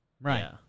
right